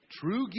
True